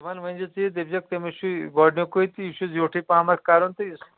تِمن ؤنۍ زِ ژٕ یہِ دٔپہِ زٮ۪کھ تٔمَس چُھ یہِ گۄڈٕنِکُے تہٕ یہِ چُھ زِیوٹھٕے پَہمتھ کَرُن تہٕ